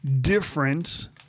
difference